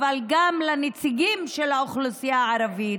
אבל גם נגד הנציגים של האוכלוסייה הערבית.